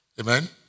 Amen